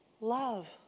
love